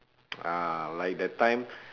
ah like that time